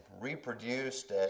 reproduced